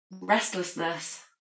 restlessness